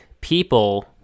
people